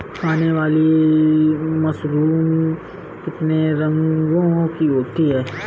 खाने वाली मशरूम कितने रंगों की होती है?